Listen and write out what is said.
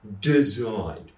Designed